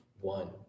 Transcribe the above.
one